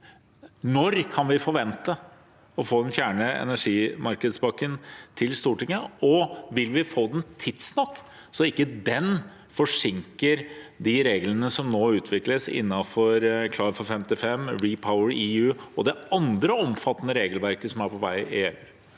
vi kan forvente å få den fjerde energimarkedspakken til Stortinget, og vil vi få den tidsnok, så den ikke forsinker de reglene som nå utvikles innenfor Klar for 55, REPowerEU og det andre omfattende regelverket som er på vei i EU?